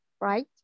right